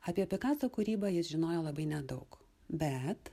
apie pikaso kūrybą jis žinojo labai nedaug bet